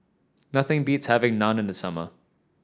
nothing beats having Naan in the summer